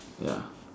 ya